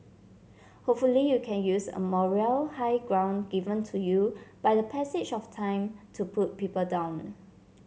hopefully you can use a moral high ground given to you by the passage of time to put people down